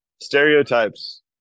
stereotypes